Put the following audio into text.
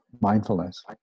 mindfulness